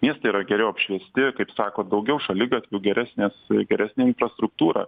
miestai yra geriau apšviesti kaip sako daugiau šaligatvių geresnis geresnė infrastruktūra